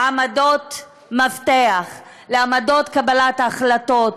לעמדות מפתח, לעמדות קבלת ההחלטות,